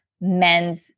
men's